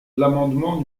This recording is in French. l’amendement